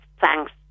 thanks